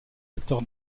secteur